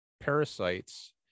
parasites